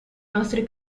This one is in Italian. nostri